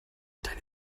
deine